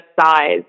size